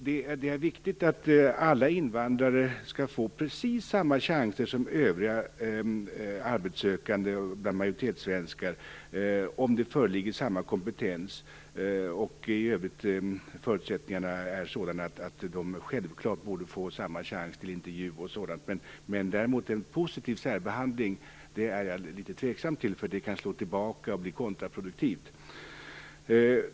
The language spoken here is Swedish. Det är viktigt att alla invandrare skall få precis samma chanser som övriga arbetssökande bland majoritetssvenskar om det föreligger samma kompetens och förutsättningarna i övrigt är sådana att de självklart borde få samma chans till intervju m.m. En positiv särbehandling är jag däremot litet tveksam till, för den kan slå tillbaka och bli kontraproduktiv.